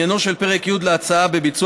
התשע"ח 2018. עניינו של פרק י' להצעה בביצוע